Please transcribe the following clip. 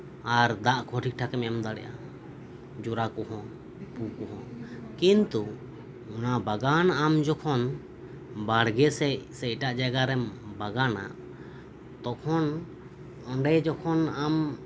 ᱟᱨ ᱫᱟᱜ ᱠᱚ ᱴᱷᱤᱠ ᱴᱷᱟᱠᱮᱢ ᱮᱢ ᱫᱟᱲᱮᱭᱟᱜᱼᱟ ᱡᱚᱨᱟ ᱠᱚ ᱦᱚᱸ ᱯᱩ ᱠᱚ ᱦᱚᱸ ᱠᱤᱱᱛᱩ ᱚᱱᱟ ᱵᱟᱜᱟᱱ ᱟᱢ ᱡᱚᱠᱷᱚᱱ ᱵᱟᱲᱜᱮ ᱥᱮᱫ ᱥᱮ ᱮᱴᱟᱜ ᱡᱟᱭᱜᱟ ᱨᱮᱢ ᱵᱟᱜᱟᱱᱟ ᱛᱚᱠᱷᱚᱱ ᱚᱸᱰᱮ ᱡᱚᱠᱷᱚᱱ ᱟᱢ